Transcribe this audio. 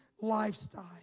lifestyle